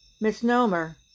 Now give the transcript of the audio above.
misnomer